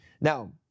Now